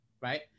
right